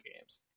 games